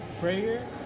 prayer